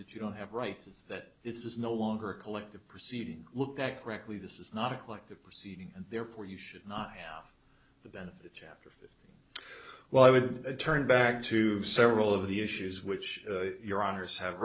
that you don't have rights it's that it's is no longer a collective proceeding looked at correctly this is not a collective proceeding and there poor you should not have the benefit of chapter fifteen well i would turn back to several of the issues which your honour's have